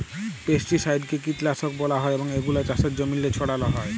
পেস্টিসাইডকে কীটলাসক ব্যলা হ্যয় এবং এগুলা চাষের জমিল্লে ছড়াল হ্যয়